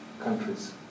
countries